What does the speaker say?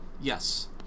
Yes